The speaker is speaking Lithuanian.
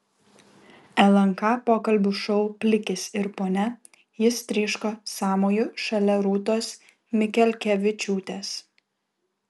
lnk pokalbių šou plikis ir ponia jis tryško sąmoju šalia rūtos mikelkevičiūtės